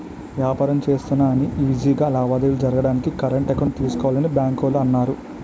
వ్యాపారం చేస్తున్నా అని ఈజీ గా లావాదేవీలు జరగడానికి కరెంట్ అకౌంట్ తీసుకోవాలని బాంకోల్లు అన్నారు